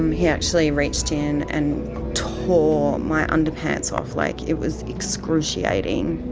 um he actually reached in and tore my underpants off. like it was excruciating.